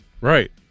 Right